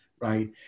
right